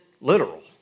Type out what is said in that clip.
literal